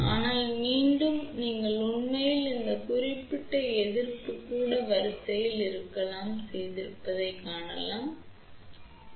ஆனால் மீண்டும் நான் நீங்கள் உண்மையில் இந்த குறிப்பிட்ட எதிர்ப்பு கூட வரிசையில் இருக்கலாம் செய்திருப்பதைக் காணலாம் என்று பல முறை குறிப்பிட வேண்டும்கேΩமேலும்